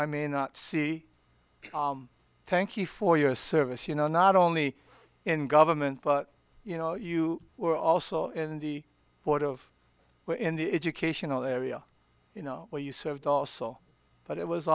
i mean not see thank you for your service you know not only in government but you know you were also in the order of where in the educational area you know where you served also but it was